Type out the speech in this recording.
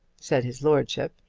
said his lordship.